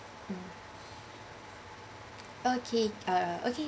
mm okay uh okay